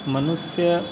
मनुष्य